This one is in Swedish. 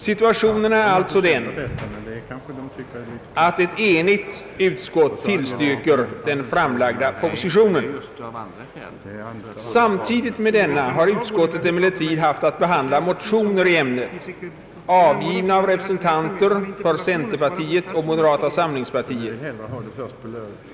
Situationen är alltså den att ett enigt utskott tillstyrker den framlagda propositionen. Samtidigt med denna har utskottet emellertid haft att behandla motioner i ämnet, avgivna av representanter för centerpartiet och moderata samlingspartiet.